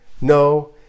No